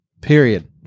period